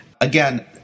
Again